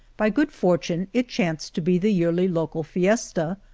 by good fortune it chanced to be the yearly local fiesta,